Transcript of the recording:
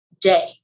day